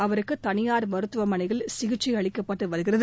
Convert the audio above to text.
அவருக்கு தனியார் மருத்துவமனையில் சிகிச்சை அளிக்கப்பட்டு வருகிறது